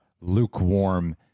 lukewarm